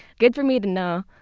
good for me to know!